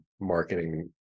marketing